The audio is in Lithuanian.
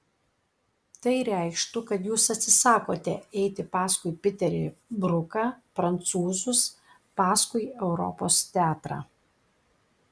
tai reikštų kad jūs atsisakote eiti paskui piterį bruką prancūzus paskui europos teatrą